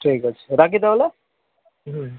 ঠিক আছে রাখি তাহলে হুম